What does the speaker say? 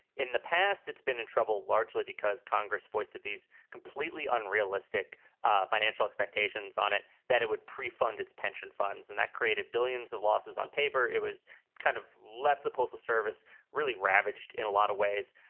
in the past, it's been in trouble largely because congress foisted these completely unrealistic ah financial expectations on it that it would pre-fund its pension funds and that created billions of losses on paper. it was kind of left the postal service really ravaged in a lot of ways.